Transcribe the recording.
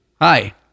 Hi